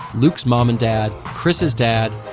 luke's mom and dad, chris's dad,